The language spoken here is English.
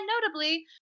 notably